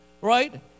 Right